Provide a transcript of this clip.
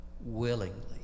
willingly